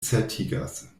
certigas